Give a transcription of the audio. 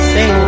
Say